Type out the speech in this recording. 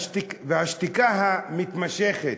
והשתיקה המתמשכת,